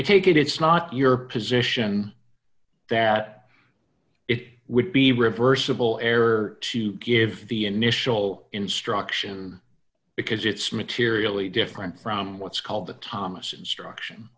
i take it it's not your position that it would be reversible error to give the initial instruction because it's materially different from what's called the thomas instruction